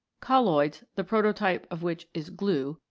colloids, the prototype of which is glue,